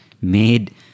made